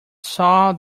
saw